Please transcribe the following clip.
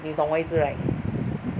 李总位置 wei zhi right